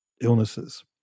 illnesses